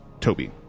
Toby